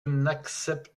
n’accepte